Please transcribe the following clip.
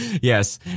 Yes